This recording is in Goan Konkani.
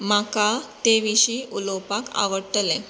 म्हाका ते विशीं उलोवपाक आवडटलें